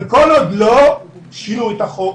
כל עוד לא שינו את החוק,